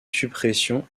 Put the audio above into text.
suppression